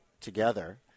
together